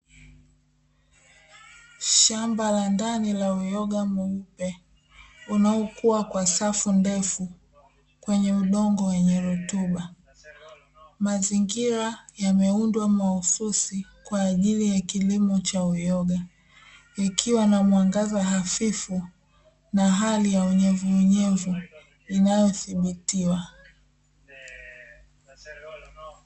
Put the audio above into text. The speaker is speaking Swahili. Shamba la ndani la uyoga mweupe unaokuwa kwa safu ndefu kwenye udongo wenye rutuba. Mazingira yameundwa mahususi kwa ajili ya kilimo cha uyoga ikiwa na mwangaza hafifu na hali ya unyevunyevu inayodhibitiwa.